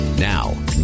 Now